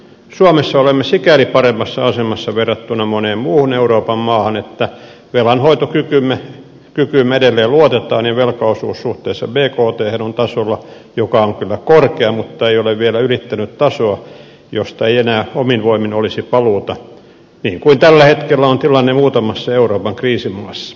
suomessa olemme sikäli paremmassa asemassa verrattuna moneen muuhun euroopan maahan että velanhoitokykyymme edelleen luotetaan ja velkaosuus suhteessa bkthen on tasolla joka on kyllä korkea mutta ei ole vielä ylittänyt tasoa josta ei enää omin voimin olisi paluuta niin kuin tällä hetkellä on tilanne muutamassa euroopan kriisimaassa